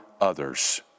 others